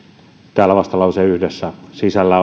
täällä vastalause yhdessä sisällä